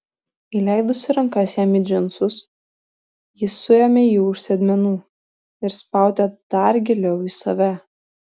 įleidusi rankas jam į džinsus ji suėmė jį už sėdmenų ir spaudė dar giliau į save